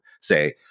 say